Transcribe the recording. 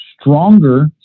stronger